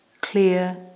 clear